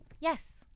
Yes